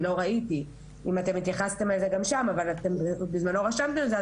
אני לא ראיתי אם אתם התייחסתם לזה גם שם אבל אתם בזמנו גם רשמתם את זה,